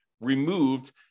removed